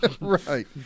Right